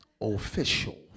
official